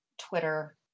Twitter